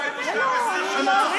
הנורבגית, תחפשי לך עבודה, 12 שנה, רגע.